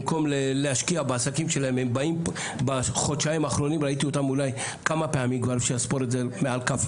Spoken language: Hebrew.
במקום להשקיע בעסקים שלהם הם באים בחודשיים האחרונים כבר כמה פעמים אני